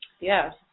Yes